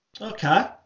Okay